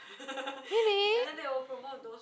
really